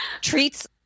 Treats